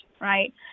right